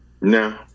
No